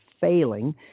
failing